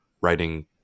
writing